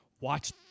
watch